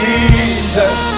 Jesus